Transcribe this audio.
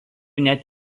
net